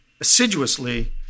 assiduously